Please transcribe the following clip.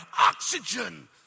oxygen